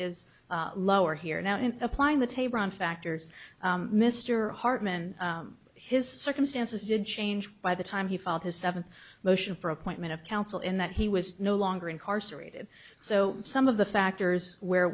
is lower here now in applying the tehran factors mr hartman his circumstances did change by the time he filed his seventh motion for appointment of counsel in that he was no longer incarcerated so some of the factors where